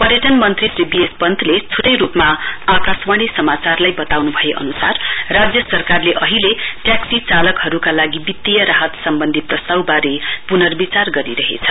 पर्यटन मन्त्री Shri B S पन्तले छुट्टै रुपमा आकाशवाणी समाचारलाई बताउनु भए अनुसार राज्य सरकारले अहिले ट्याक्सी चालकहरुका लागि वित्तीय राहत सम्बन्धी प्रस्ताववारे पुर्नबिचार गरिरहेछ